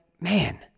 man